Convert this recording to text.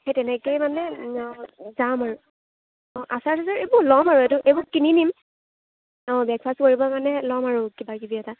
সেই তেনেকৈয়ে মানে অঁ যাম আৰু অঁ আচাৰ চাচাৰ এইবোৰ ল'ম আৰু এইটো এইবোৰ কিনি নিম অঁ ব্ৰেকফাষ্ট কৰিব মানে ল'ম আৰু কিবাকিবি এটা